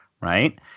Right